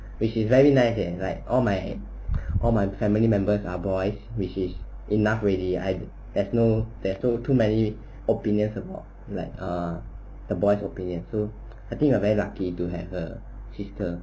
which is very nice eh like all my all my family members are boys which is enough already I have no there's no too many opinions about like ah the boys opinion so I think ah you're very lucky to have a sister